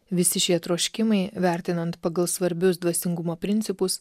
visi šie troškimai vertinant pagal svarbius dvasingumo principus